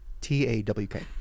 T-A-W-K